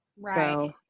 Right